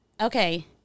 Okay